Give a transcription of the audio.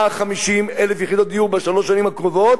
150,000 יחידות דיור בשלוש השנים הקרובות,